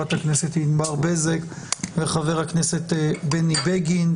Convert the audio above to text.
חברת הכנסת ענבר בזק וחבר הכנסת בני בגין.